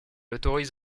autorise